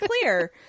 clear